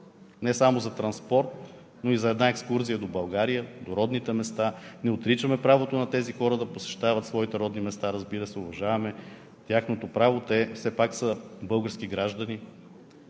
не само за транспорт, но и за една екскурзия до България, до родните места. Не отричаме правото на тези хора да посещават своите родни места, разбира се, уважаваме тяхното право, те все пак са български граждани,